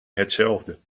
hetzelfde